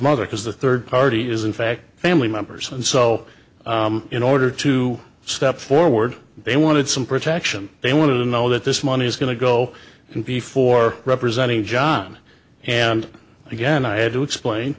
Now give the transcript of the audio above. mother because the third party is in fact family members and so in order to step forward they wanted some protection they wanted to know that this money is going to go and before representing john and again i had to explain